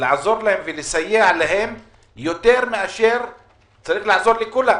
לעזור לעסקים האלה יותר מאשר לכולם.